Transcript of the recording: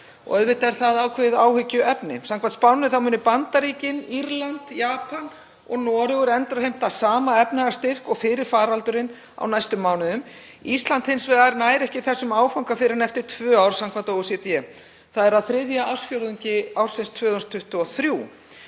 Auðvitað er það ákveðið áhyggjuefni. Samkvæmt spánni munu Bandaríkin, Írland, Japan og Noregur endurheimta sama efnahagsstyrk og fyrir faraldurinn á næstu mánuðum. Ísland nær hins vegar ekki þeim áfanga fyrr en eftir tvö ár samkvæmt OECD, þ.e. á þriðja ársfjórðungi ársins 2023.